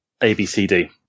ABCD